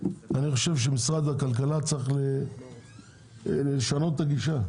משרד הכלכלה צריך לשנות את הגישה.